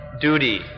duty